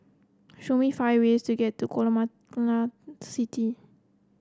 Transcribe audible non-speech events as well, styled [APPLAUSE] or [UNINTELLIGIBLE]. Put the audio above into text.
show me five ways to get to Guatemala [UNINTELLIGIBLE] City